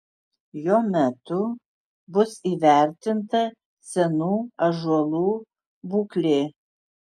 jo metu bus įvertinta senų ąžuolų būklė